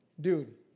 Dude